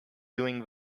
doing